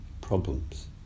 problems